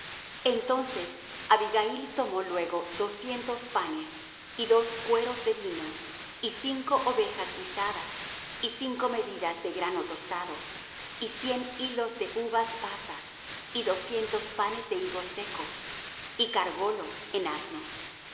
entonces abigail tomó luego doscientos panes y dos cueros de vino y cinco ovejas guisadas y cinco medidas de grano tostado y cien hilos de uvas pasas y doscientos panes de higos secos y cargólo en asnos